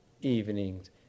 evenings